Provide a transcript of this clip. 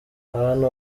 abantu